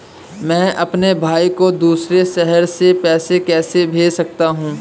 मैं अपने भाई को दूसरे शहर से पैसे कैसे भेज सकता हूँ?